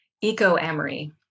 eco-amory